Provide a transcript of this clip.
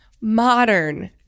modern